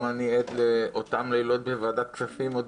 גם אני עד לאותם לילות בוועדת כספים עוד